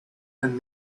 and